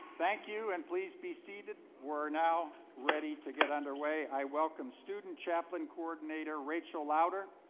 thank you and please be seated. we're now ready to get underway. i welcome student chaplain coordinator rachel lowder,